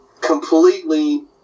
completely